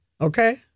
Okay